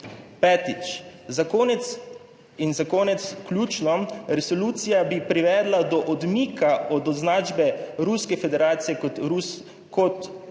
Petič, za konec in za konec ključno, resolucija bi privedla do odmika od označbe Ruske federacije kot Rus…, kot vojne